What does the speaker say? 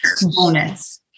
bonus